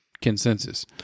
consensus